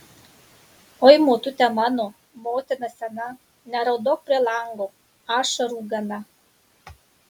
oi motute mano motina sena neraudok prie lango ašarų gana